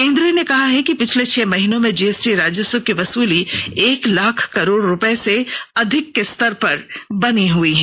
केन्द्र ने कहा है कि पिछले छह महीनों में जीएसटी राजस्व की वसूली एक लाख करोड़ रुपए से अधिक के स्तर पर बनी हुई है